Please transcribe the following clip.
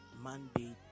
Monday